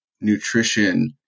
nutrition